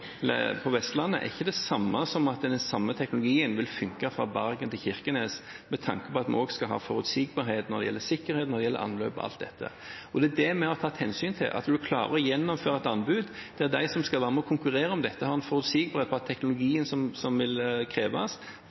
fjord på Vestlandet, er ikke det samme som at denne teknologien vil fungere fra Bergen til Kirkenes med tanke på at vi også skal ha forutsigbarhet når det gjelder sikkerhet, anløp og alt dette. Det er det vi har tatt hensyn til – at man klarer å gjennomføre et anbud der de som skal være med og konkurrere om dette, har forutsigbarhet på at teknologien som kreves,